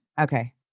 Okay